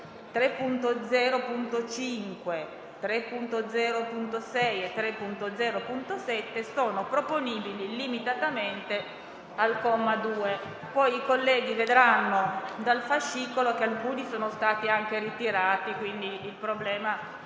3.0.5, 3.0.6 e 3.0.7 sono proponibili limitatamente al comma 2. I colleghi vedranno dal fascicolo che alcuni sono stati anche ritirati e, quindi, il problema è